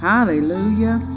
Hallelujah